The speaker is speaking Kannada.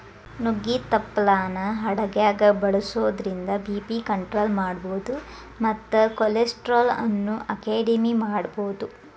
ನುಗ್ಗಿ ತಪ್ಪಲಾನ ಅಡಗ್ಯಾಗ ಬಳಸೋದ್ರಿಂದ ಬಿ.ಪಿ ಕಂಟ್ರೋಲ್ ಮಾಡಬೋದು ಮತ್ತ ಕೊಲೆಸ್ಟ್ರಾಲ್ ಅನ್ನು ಅಕೆಡಿಮೆ ಮಾಡಬೋದು